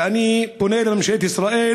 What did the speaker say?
ואני פונה לממשלת ישראל,